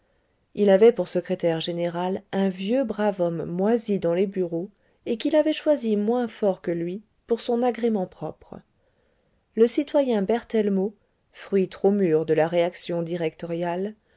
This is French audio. il avait pour secrétaire général un vieux brave homme moisi dans les bureaux et qu'il avait choisi moins fort que lui pour son agrément propre le citoyen berthellemot fruit trop mûr de la réaction directoriale